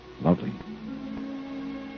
lovely